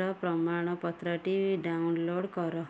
ର ପ୍ରମାଣପତ୍ରଟି ଡାଉନଲୋଡ଼୍ କର